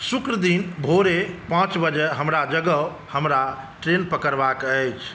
शुक्र दिन भोरे पाँच बजे हमरा जगाउ हमरा ट्रेन पकड़बाके अछि